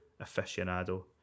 aficionado